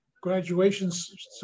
graduations